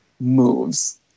moves